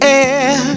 air